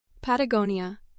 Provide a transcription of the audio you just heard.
Patagonia